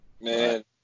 Man